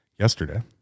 yesterday